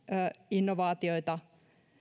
innovaatioita